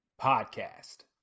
podcast